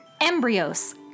Embryos